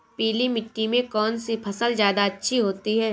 पीली मिट्टी में कौन सी फसल ज्यादा अच्छी होती है?